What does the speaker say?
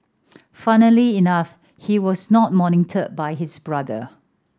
funnily enough he was not mentored by his brother